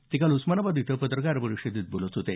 ते काल उस्मानाबाद इथं पत्रकार परिषदेत बोलत होते